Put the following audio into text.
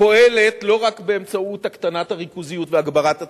פועלת לא רק באמצעות הקטנת הריכוזיות והגברת התחרותיות.